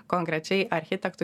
konkrečiai architektui